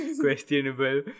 questionable